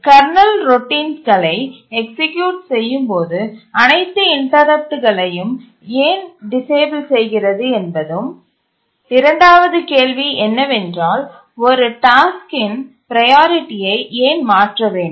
kernel ரோட்டின்ஸ்களைச் execute செய்யும்போது அனைத்து இன்டரப்ட்டடுகளையும் ஏன் டிசேபிள் செய்கிறது என்பதும் இரண்டாவது கேள்வி என்னவென்றால் ஒரு டாஸ்க்கின் ப்ரையாரிட்டியை ஏன் மாற்ற வேண்டும்